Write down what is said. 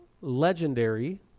legendary